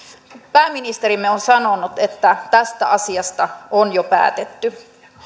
pääministerimme on sanonut että tästä asiasta on jo päätetty